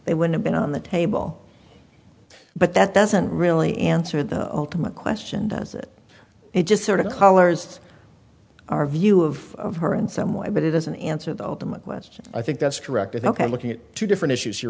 they would have been on the table but that doesn't really answer the ultimate question does it it just sort of collars our view of her in some way but it doesn't answer the ultimate question i think that's correct i think i'm looking at two different issues